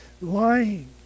lying